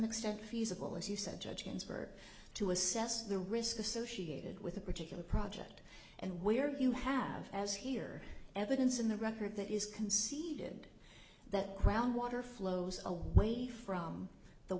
extent feasible as you said judge ginsburg to assess the risk associated with a particular project and where you have as hear evidence in the record that is conceded that ground water flows away from the